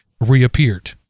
reappeared